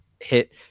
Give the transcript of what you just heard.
hit